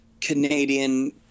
Canadian